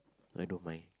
I don't mind